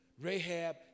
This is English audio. Rahab